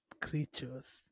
creatures